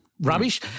Rubbish